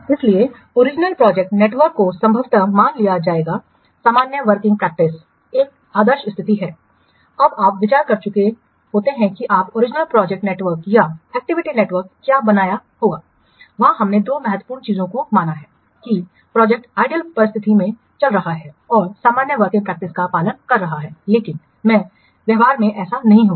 इसलिए original project network को संभवतः मान लिया जाएगा सामान्य वर्किंग प्रैक्टिस एक आदर्श स्थिति है जब आप विचार कर चुके होते हैं कि आपने ओरिजिनल प्रोजेक्ट नेटवर्क या एक्टिविटी नेटवर्क क्या बनाया होगा वहां हमने दो महत्वपूर्ण चीजों को माना है कि प्रोजेक्ट आदर्श परिस्थितियों में चल रही है और सामान्य वर्किंग प्रैक्टिस का पालन किया जाता है लेकिन मैं व्यवहार में ऐसा नहीं होगा